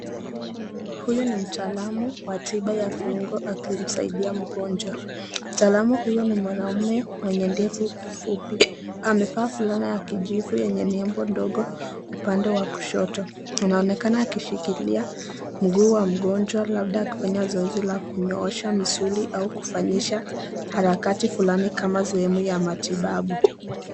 Huyu ni mtaalam wa tiba ya viungo akimsaidia mgonjwa. Mtaalam huyu ni mwanaume mwenye ndevu fupi, amevaa fulana ya kijivu yenye nembo ndogo. Upande wa kushoto anaonekana akishikilia mguu wa mgonjwa labda akifanya zoezi la kunyoosha misuli au kufanyisha harakati fulani kama sehemu ya matibabu.